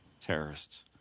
terrorists